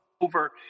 over